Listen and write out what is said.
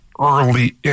early